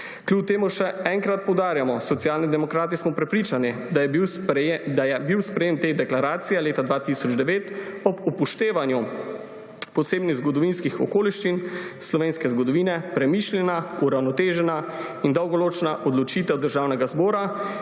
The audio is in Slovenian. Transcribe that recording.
Kljub temu še enkrat poudarjamo: Socialni demokrati smo prepričani, da je bilo sprejetje te deklaracije leta 2009 ob upoštevanju posebnih zgodovinskih okoliščin slovenske zgodovine premišljena, uravnotežena in dolgoročna odločitev Državnega zbora,